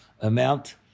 amount